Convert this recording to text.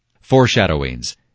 Foreshadowings